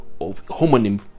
homonym